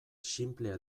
xinplea